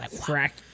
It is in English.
crack